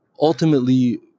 ultimately